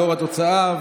לאור התוצאה,